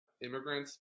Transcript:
immigrants